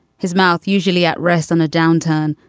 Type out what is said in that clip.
his mouth, usually at rest on a downturn,